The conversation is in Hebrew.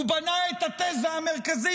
הוא בנה את התזה המרכזית,